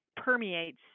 permeates